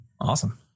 Awesome